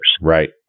Right